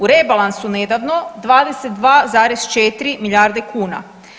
U rebalansu nedavno 22,4 milijarde kuna.